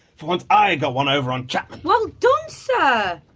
for once, i got one over on chapman! well done, sir!